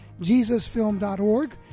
JesusFilm.org